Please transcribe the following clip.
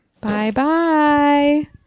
Bye-bye